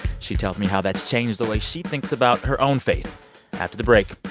she tells me how that's changed the way she thinks about her own faith after the break.